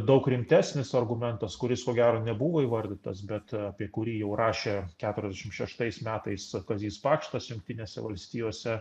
daug rimtesnis argumentas kuris ko gero nebuvo įvardytas bet apie kurį jau rašė keturiasdešim šeštais kazys pakštas jungtinėse valstijose